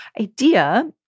idea